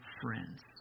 friends